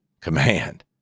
command